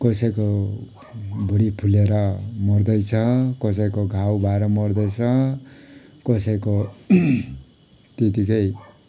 कसैको भुडी फुलिएर मर्दैछ कसैको घाउ भएर मर्दैछ कसैको त्यतिकै